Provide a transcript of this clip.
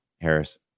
Harris